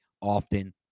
often